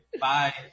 Bye